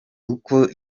uko